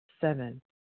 Seven